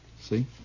See